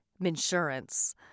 insurance